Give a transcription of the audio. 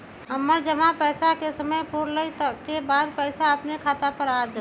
हमर जमा पैसा के समय पुर गेल के बाद पैसा अपने खाता पर आ जाले?